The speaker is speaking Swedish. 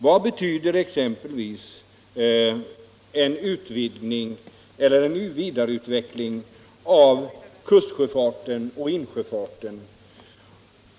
Vad betyder exempelvis en vidareutveckling av kustsjöfarten och insjöfarten?